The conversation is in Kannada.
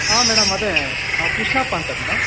ಆ ಮೇಡಮ್ ಅದೇ ನಾವು ಕೃಷ್ಣಪ್ಪ ಅಂತ ಮೇಡಮ್